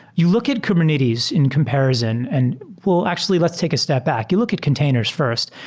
you look at kubernetes in compar ison. and well, actually let's take a step back. you look at containers first.